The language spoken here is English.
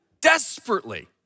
Desperately